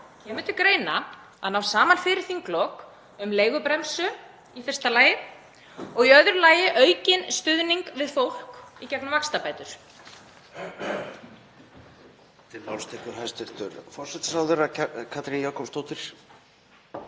til greina að ná saman fyrir þinglok um leigubremsu í fyrsta lagi og í öðru lagi um aukinn stuðning við fólk í gegnum vaxtabætur?